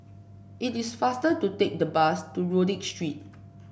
it is faster to take the bus to Rodyk Street